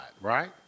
right